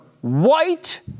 white